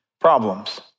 problems